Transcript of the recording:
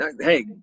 Hey